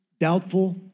doubtful